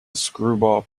screwball